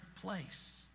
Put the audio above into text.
place